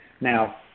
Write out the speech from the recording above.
Now